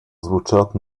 звучат